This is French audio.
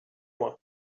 moi